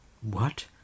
What